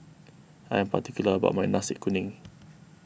I am particular about my Nasi Kuning